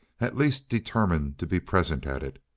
at least determined to be present at it.